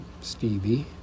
Stevie